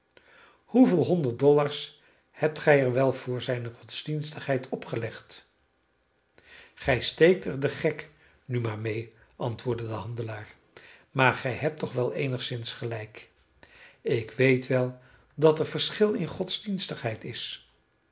hoeveel honderd dollars hebt gij er wel voor zijne godsdienstigheid opgelegd gij steekt er den gek nu maar mee antwoordde de handelaar maar gij hebt toch wel eenigszins gelijk ik weet wel dat er verschil in godsdienstigheid is